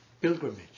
Pilgrimage